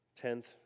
Tenth